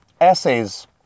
essays